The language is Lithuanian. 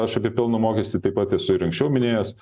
aš apie pelno mokestį taip pat esu ir anksčiau minėjęs